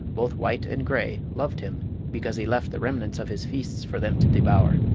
both white and gray, loved him because he left the remnants of his feasts for them to devour.